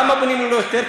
למה בונים ללא היתר?